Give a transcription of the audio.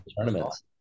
tournaments